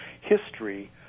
history